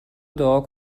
دعا